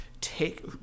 Take